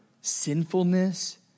sinfulness